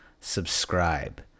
subscribe